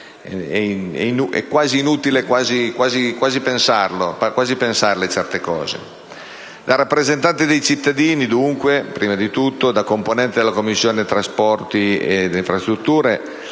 è quasi inutile pensarle certe cose.